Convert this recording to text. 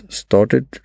started